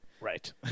Right